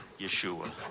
Yeshua